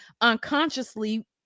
unconsciously